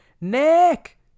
Nick